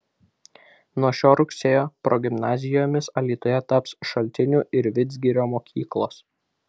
nuo šio rugsėjo progimnazijomis alytuje taps šaltinių ir vidzgirio mokyklos